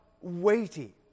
weighty